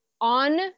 on